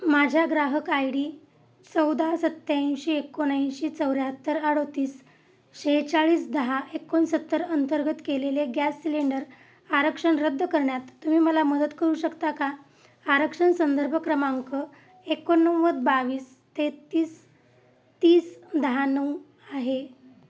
माझ्या ग्राहक आयडी चौदा सत्याऐंशी एकोणऐंशी चौऱ्याहत्तर अडतीस सेहेचाळीस दहा एकोणसत्तर अंतर्गत केलेले गॅस सिलिंडर आरक्षण रद्द करण्यात तुम्ही मला मदत करू शकता का आरक्षण संदर्भ क्रमांक एकोणनव्वद बावीस तेहेतीस तीस दहा नऊ आहे